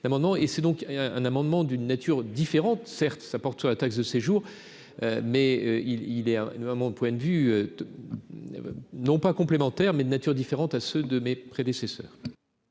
et c'est donc un amendement d'une nature différente certes, ça porte sur la taxe de séjour mais il il est un homme à mon point de vue non pas complémentaire mais de nature différente à ceux de mes prédécesseurs.